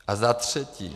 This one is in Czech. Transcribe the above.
A za třetí.